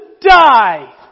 die